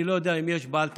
אני לא יודע אם יש בעל תפקיד,